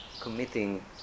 committing